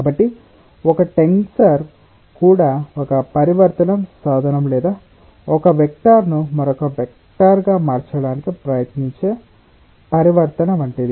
కాబట్టి ఒక టెన్సర్ కూడా ఒక పరివర్తన సాధనం లేదా ఒక వెక్టర్ను మరొక వెక్టర్గా మార్చడానికి ప్రయత్నించే పరివర్తన వంటిది